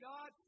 God